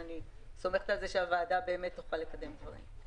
ואני סומכת על זה שהוועדה תוכל לקדם דברים.